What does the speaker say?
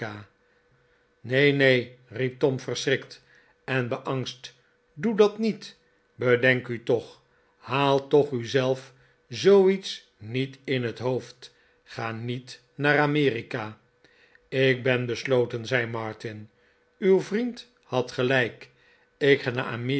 neen neen riep tom verschrikt en beangst doe dat niet bedenk u toch haal toch u zelf zooiets niet in het hoofd ga niet naar amerika ik ben besloten zei martin uw vriend had gelijk ik